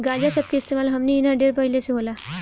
गांजा सब के इस्तेमाल हमनी इन्हा ढेर पहिले से होला